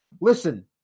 Listen